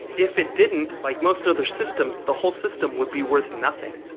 if it didn't like most other systems the whole system would be worth nothing.